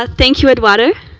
ah thank you, eduardo.